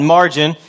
Margin